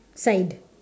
side